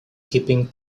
keeping